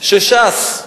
שש"ס,